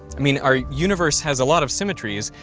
i mean, our universe has a lot of symmetries,